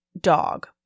dog